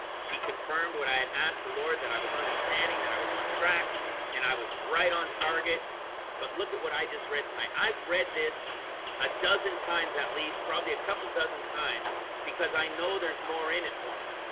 she confirmed what i had asked the lord that i was understanding that i was on track and i was right on target but look at what i just read tonight i've read this a dozen times at least probably a couple dozen times because i know there's more in it for me.